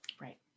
Right